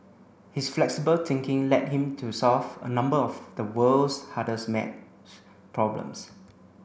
his flexible thinking led him to solve a number of the world's hardest maths problems